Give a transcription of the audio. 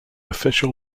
official